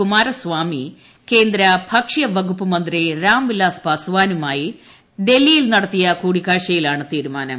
കുമാരസ്വാമി കേന്ദ്ര ഭക്ഷ്യവകുപ്പ് മന്ത്രി രാംവിലാസ് പാസ്വാനുമായി ഡൽഹിയിൽ നട ത്തിയ കൂടിക്കാഴ്ചയിലാണ് തീരുമാനം